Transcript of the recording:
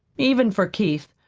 even for keith.